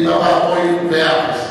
מאה אחוז,